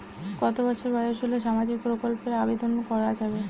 কত বছর বয়স হলে সামাজিক প্রকল্পর আবেদন করযাবে?